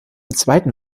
zweiten